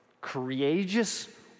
courageous